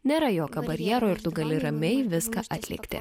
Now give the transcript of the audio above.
nėra jokio barjero ir tu gali ramiai viską atlikti